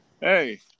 hey